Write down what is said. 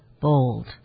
bold